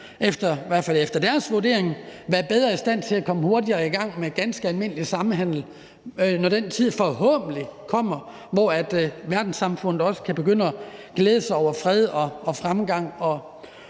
i hvert fald efter deres vurdering, bedre være i stand til at komme hurtigere i gang med ganske almindelig samhandel, når den tid forhåbentlig kommer, hvor verdenssamfundet også kan begynde at glæde sig over fred og fremgang